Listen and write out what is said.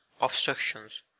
Obstructions